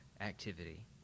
activity